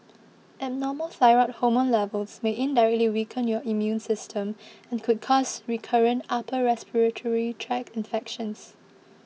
abnormal thyroid hormone levels may indirectly weaken your immune system and could cause recurrent upper respiratory tract infections